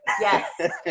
Yes